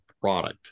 product